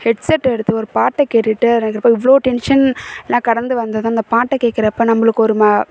ஹெட்செட்டை எடுத்து ஒரு பாட்டை கேட்டுக்கிட்டு எனக்கு எவ்வளோ டென்ஷன் நான் கடந்து வந்ததும் அந்த பாட்டை கேட்கறப்ப நம்மளுக்கு ஒரு ம